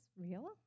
real